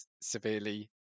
severely